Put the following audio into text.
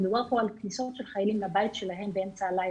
מדובר פה על כניסות של חיילים לבית שלהם באמצע הלילה.